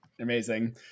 Amazing